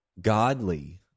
godly